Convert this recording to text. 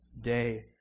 day